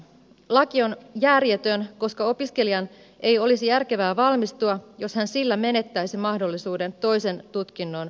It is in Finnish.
laki on järjetön koska opiskelijan ei olisi järkevää valmistua jos hän sillä menettäisi mahdollisuuden toisen tutkinnon opintotukeen